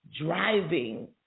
driving